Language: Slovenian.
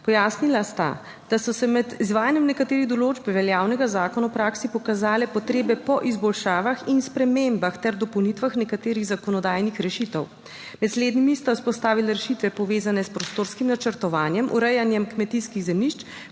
Pojasnila sta, da so se med izvajanjem nekaterih določb veljavnega zakona v praksi pokazale potrebe po izboljšavah in spremembah ter dopolnitvah nekaterih zakonodajnih rešitev. Med slednjimi sta vzpostavila rešitve, povezane s prostorskim načrtovanjem, urejanjem kmetijskih zemljišč,